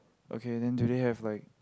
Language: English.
okay then today have like